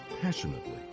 passionately